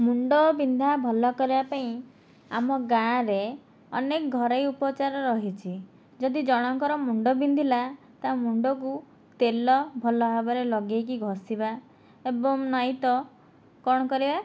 ମୁଣ୍ଡ ବିନ୍ଧା ଭଲ କରିବା ପାଇଁ ଆମ ଗାଁରେ ଅନେକ ଘରୋଇ ଉପଚାର ରହିଛି ଯଦି ଜଣଙ୍କର ମୁଣ୍ଡ ବିନ୍ଧିଲା ତା ମୁଣ୍ଡକୁ ତେଲ ଭଲ ଭାବରେ ଲଗେଇକି ଘଷିବା ଏବଂ ନାଇଁ ତ କଣ କରିବା